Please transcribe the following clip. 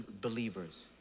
believers